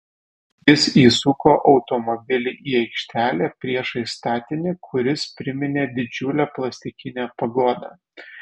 jis įsuko automobilį į aikštelę priešais statinį kuris priminė didžiulę plastikinę pagodą